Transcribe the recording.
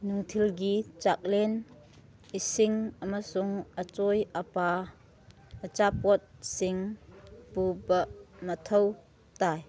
ꯅꯨꯡꯊꯤꯜꯒꯤ ꯆꯥꯛꯂꯦꯟ ꯏꯁꯤꯡ ꯑꯃꯁꯨꯡ ꯑꯆꯣꯏ ꯑꯄꯥ ꯑꯆꯥꯄꯣꯠꯁꯤꯡ ꯄꯨꯕ ꯃꯊꯧ ꯇꯥꯏ